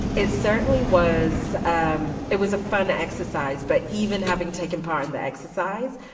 it certainly was um it was a fun exercise. but even having taken part in the exercise,